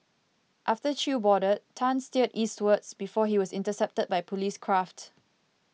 after Chew boarded Tan steered eastwards before he was intercepted by police craft